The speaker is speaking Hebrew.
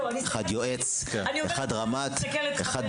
כשאתה אומר למטופל שעמית רופא מטפל במחלקה,